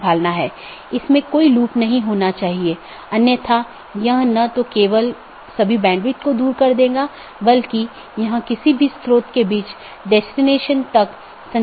इसलिए इस पर प्रतिबंध हो सकता है कि प्रत्येक AS किस प्रकार का होना चाहिए जिसे आप ट्रैफ़िक को स्थानांतरित करने की अनुमति देते हैं